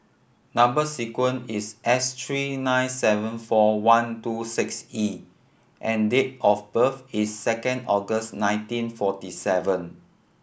number sequence is S tree nine seven four one two six E and date of birth is second August nineteen forty seven